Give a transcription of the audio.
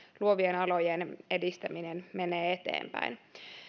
luovien alojen edistäminen menee eteenpäin